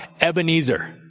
Ebenezer